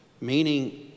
Meaning